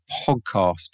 podcast